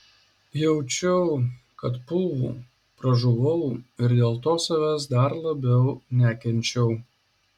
jaučiau kad pūvu pražuvau ir dėl to savęs dar labiau nekenčiau